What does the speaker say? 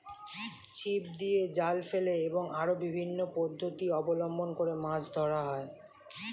ছিপ দিয়ে, জাল ফেলে এবং আরো বিভিন্ন পদ্ধতি অবলম্বন করে মাছ ধরা হয়